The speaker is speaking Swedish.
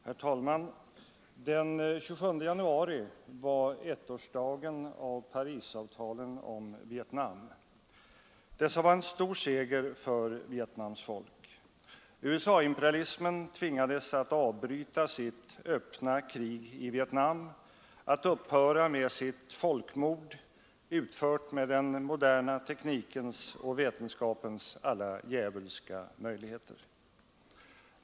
Herr talman! Den 27 januari var ettårsdagen av Parisavtalen om Vietnam. Dessa var en stor seger för Vietnams folk. USA-imperialismen tvingades att avbryta sitt öppna krig i Vietnam, att upphöra med sitt folkmord, utfört med den moderna teknikens och vetenskapens alla djävulska möjligheter.